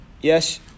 Yes